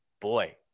Boy